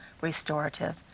restorative